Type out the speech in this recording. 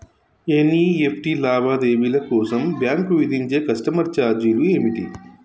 NEFT లావాదేవీల కోసం bank విధించే కస్టమర్ ఛార్జీలు ఏమిటి?